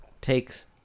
Takes